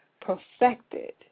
perfected